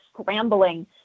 scrambling